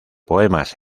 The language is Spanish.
poemas